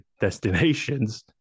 destinations